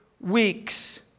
weeks